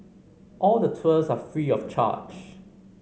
all the tours are free of charge